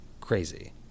crazy